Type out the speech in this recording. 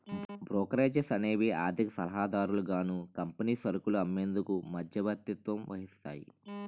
brokerages ఏవి ఆర్థిక సలహాదారులుగాను కంపెనీ సరుకులు అమ్మేందుకు మధ్యవర్తత్వం వహిస్తాయి